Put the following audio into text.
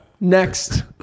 Next